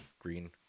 green